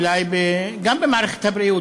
אולי גם במערכת הבריאות,